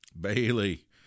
Bailey